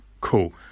cool